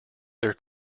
their